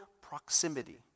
proximity